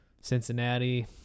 Cincinnati